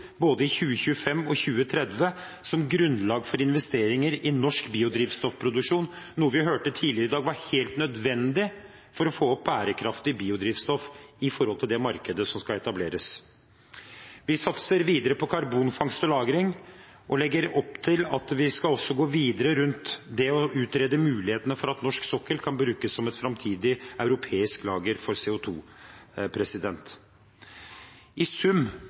både 2025 og 2030, som grunnlag for investeringer i norsk biodrivstoffproduksjon – noe vi tidligere i dag hørte var helt nødvendig for å få opp bærekraftig biodrivstoff i det markedet som skal etableres. Vi satser videre på karbonfangst og -lagring og legger opp til at vi også skal gå videre med å utrede mulighetene for at norsk sokkel kan brukes som et framtidig europeisk lager for CO 2 . I sum